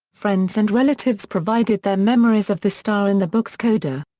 friends and relatives provided their memories of the star in the book's coda.